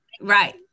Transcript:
right